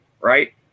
right